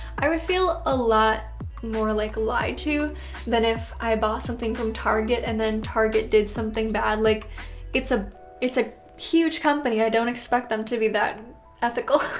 i would feel a lot more like lied to than if i bought something from target and then target did something bad. like it's a it's a huge company, i don't expect them to be that ethical.